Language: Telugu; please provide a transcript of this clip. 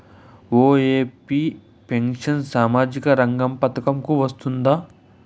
ఒ.ఎ.పి పెన్షన్ సామాజిక రంగ పథకం కు వస్తుందా?